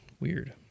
weird